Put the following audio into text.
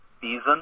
season